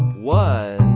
one